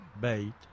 bait